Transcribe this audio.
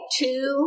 two